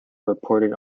reported